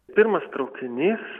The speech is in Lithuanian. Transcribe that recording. pirmas traukinys